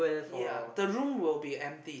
ya the room will be empty